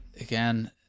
again